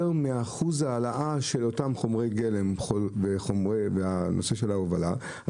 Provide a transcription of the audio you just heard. מאחוז ההעלאה של אותם חומרי גלם ונושא ההובלה,